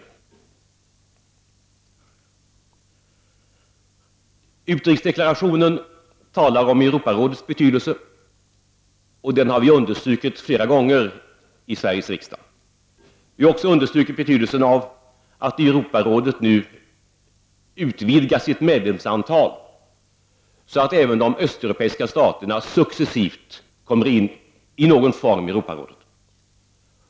I utrikesdeklarationen talas det om Europarådets betydelse, och den har vi understrukit flera gånger i Sveriges riksdag. Vi har också understrukit betydelsen av att Europarådet nu utvidgar sitt medlemsantal, så att även de östeuropeiska staterna successivt i någon form kommer in i Europarådet.